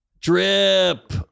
Drip